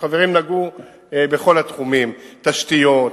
החברים נגעו בכל התחומים: תשתיות,